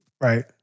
Right